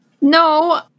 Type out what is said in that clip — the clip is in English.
No